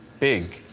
big.